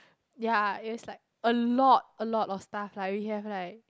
ya it's like a lot a lot of stuff like we have like